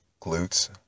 Glutes